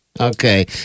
Okay